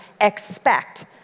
expect